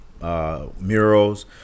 Murals